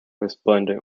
resplendent